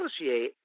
associate